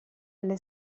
alle